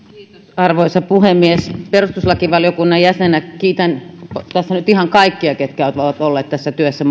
arvoisa puhemies perustuslakivaliokunnan jäsenenä kiitän tässä nyt ihan kaikkia ketkä ovat olleet tässä työssä